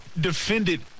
defended